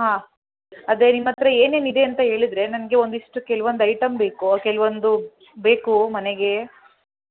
ಹಾಂ ಅದೇ ನಿಮ್ಮ ಹತ್ರ ಏನೇನು ಇದೆ ಅಂತ ಹೇಳಿದ್ರೆ ನನಗೆ ಒಂದಿಷ್ಟು ಕೆಲ್ವೊಂದು ಐಟಮ್ ಬೇಕು ಕೆಲವೊಂದು ಬೇಕು ಮನೆಗೆ